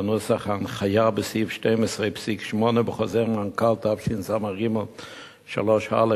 לנוסח ההנחיה בסעיף 12.8 בחוזר מנכ"ל תשס"ג/3 (א),